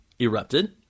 erupted